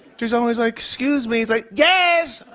she's always like, excuse me? he's like, yes!